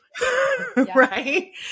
Right